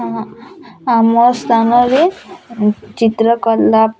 ଆମ ସ୍ଥାନରେ ଚିତ୍ର କଲା